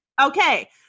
Okay